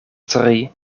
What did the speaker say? tri